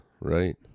right